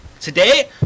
Today